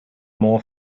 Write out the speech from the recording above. more